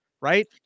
Right